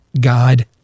God